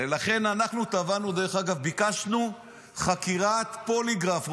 ולכן אנחנו תבענו, דרך אגב, ביקשנו חקירת פוליגרף.